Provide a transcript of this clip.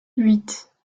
huit